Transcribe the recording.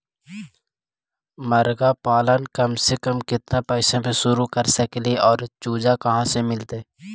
मरगा पालन कम से कम केतना पैसा में शुरू कर सकली हे और चुजा कहा से मिलतै?